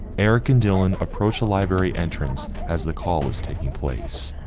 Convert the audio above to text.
eric and dylan approached a library entrance as the call is taking place.